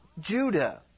Judah